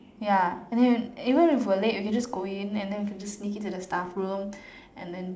ya and then even if we were late you can just go in and then you can just sneak into the staff room and then